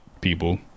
people